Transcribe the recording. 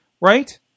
Right